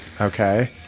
Okay